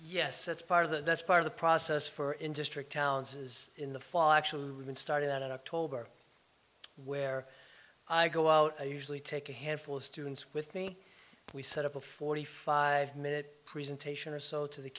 yes that's part of the that's part of the process for in district towns is in the fall actually started out in october where i go out i usually take a handful of students with me we set up a forty five minute presentation or so to the